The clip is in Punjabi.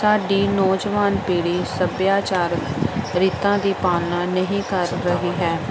ਸਾਡੀ ਨੌਜਵਾਨ ਪੀੜ੍ਹੀ ਸੱਭਿਆਚਾਰ ਰੀਤਾਂ ਦੀ ਪਾਲਣਾ ਨਹੀਂ ਕਰ ਰਹੀ ਹੈ